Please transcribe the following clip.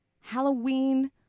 Halloween